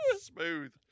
Smooth